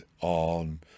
on